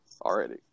already